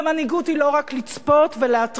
ומנהיגות היא לא רק לצפות ולהתריע,